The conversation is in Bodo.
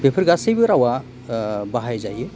बेफोर गासिबो रावा बाहायजायो